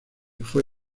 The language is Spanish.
fue